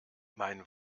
mein